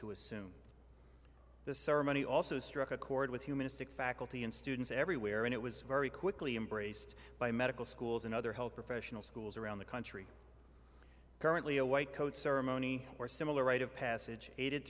to assume the ceremony also struck a chord with humanistic faculty and students everywhere and it was very quickly embraced by medical schools and other health professional schools around the country currently a white coat ceremony or similar rite of passage a